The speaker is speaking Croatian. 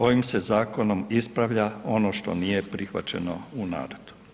Ovim se zakonom ispravlja ono što nije prihvaćeno u narodu.